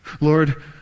Lord